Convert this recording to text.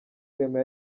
clement